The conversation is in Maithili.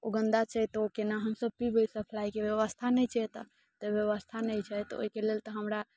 ओ गन्दा छै तऽ ओ केना हमसभ पीबै सप्लाइके व्यवस्था नहि छै एतय तऽ व्यवस्था नहि छै तऽ ओहिके लेल तऽ हमरा